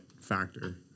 factor